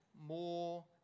more